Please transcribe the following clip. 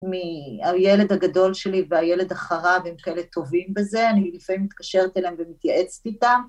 ‫מהילד הגדול שלי והילד אחריו, ‫הם כאלה טובים בזה, ‫אני לפעמים מתקשרת אליהם ‫ומתייעצת איתם.